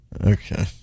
Okay